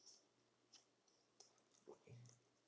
okay